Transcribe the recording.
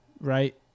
right